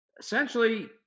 essentially